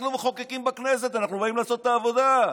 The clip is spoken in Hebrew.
אנחנו מחוקקים בכנסת, אנחנו באים לעשות את העבודה.